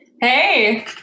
Hey